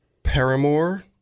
Paramore